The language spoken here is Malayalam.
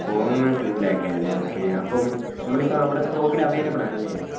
ഫോണിന് ടൂ ലാക്കാണല്ലേ ഓക്കെ അപ്പം നമ്മളിപ്പോള് അവിടെ സ്റ്റോക്കിൽ അവൈലബിളാണല്ലേ